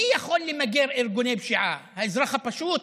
מי יכול למגר ארגוני פשיעה, האזרח הפשוט,